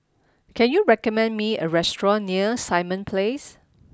can you recommend me a restaurant near Simon Place